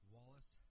Wallace